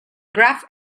graph